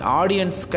audience